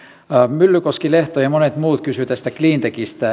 myllykoski lehto ja monet muut kysyivät tästä cleantechistä